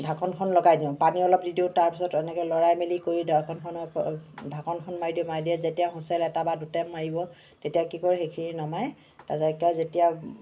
ঢাকোনখন লগাই দিওঁ পানী অকণ দি দিওঁ তাৰপাছত এনেকৈ লৰাই মেলি কৰি ঢাকোনখনৰ ঢাকোনখন মাৰি দিওঁ যেতিয়া হুইচেল এটা বা দুটা মাৰিব তেতিয়া কি কৰোঁ সেইখিনি নমাই তাৰপিছত একে যেতিয়া